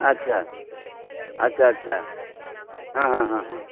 अच्छा अच्छा अच्छा हँ हँ हँ हँ